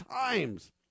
times